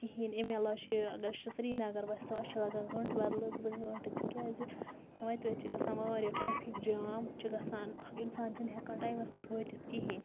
کِہیٖنۍ اَمہِ عَلاوٕ چھِ اَگر أسۍ سریٖنگر وَسو اسہِ چھِ لَگان گھٲنٛٹہٕ بَدلہٕ زٕ گھٲنٹہٕ تِکیٛازِ وتہِ وتہِ چھِ گژھان واریاہ ٹرٛیفِک جام چھُ گَژھان اَکھ اِنسان چھُنہٕ ہیٚکان ٹایمَس پٮ۪ٹھ وٲتِتھ کِہیٖنۍ